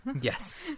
Yes